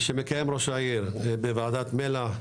שמקיים ראש העיר בוועדת מל"ח.